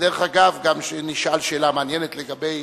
דרך אגב, הוא שאל שאלה מעניינת לגבי